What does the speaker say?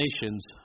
nations